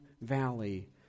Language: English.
Valley